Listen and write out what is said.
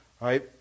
right